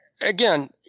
again